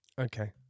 Okay